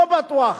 לא בטוח.